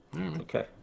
Okay